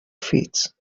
fit